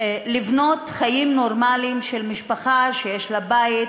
חיים נורמליים של משפחה שיש לה בית